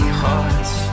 hearts